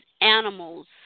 animals